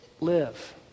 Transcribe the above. Live